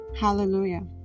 Hallelujah